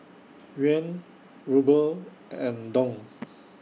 Yuan Ruble and Dong